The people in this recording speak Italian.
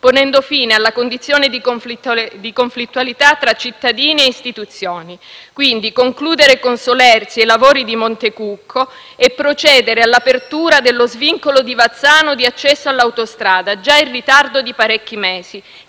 ponendo fine alla condizione di conflittualità tra cittadini e istituzioni, quindi di concludere con solerzia i lavori di Monte Cucco e procedere all'apertura dello svincolo di Vazzano di accesso all'autostrada, già in ritardo di parecchi mesi,